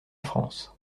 france